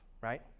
right